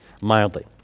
mildly